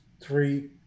three